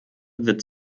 wird